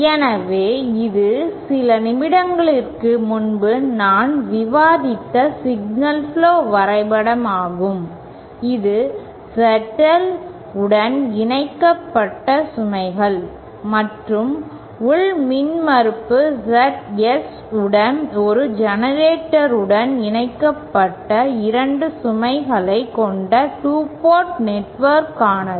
எனவே இது சில நிமிடங்களுக்கு முன்பு நான் விவாதித்த சிக்னல் புளோ வரைபடமாகும் இது ZL உடன் இணைக்கப்பட்ட சுமைகள் மற்றும் உள் மின்மறுப்பு ZS உடன் ஒரு ஜெனரேட்டருடன் இணைக்கப்பட்ட இரண்டு சுமைகளைக் கொண்ட 2 போர்ட் நெட்வொர்க்குக்கானது